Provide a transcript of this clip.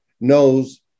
knows